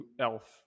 Elf